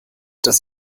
dass